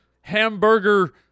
hamburger